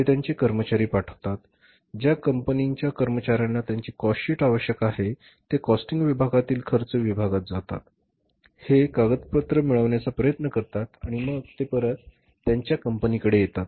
ते त्यांचे कर्मचारी पाठवतात ज्या कंपनीच्या कर्मचार्यांना त्यांची कॉस्ट शीट आवश्यक आहे ते कॉस्टिंग विभागातील खर्च विभागात जातात ते हे कागदपत्र मिळवण्याचा प्रयत्न करतात आणि मग ते परत त्यांच्या कंपनीकडे येतात